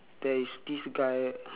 there is this guy